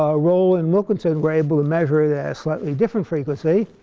ah roll and wilkinson were able to measure it at a slightly different frequency.